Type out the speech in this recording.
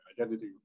identity